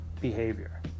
behavior